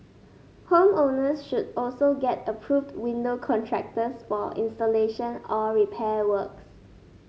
home owners should also get approved window contractors for installation or repair works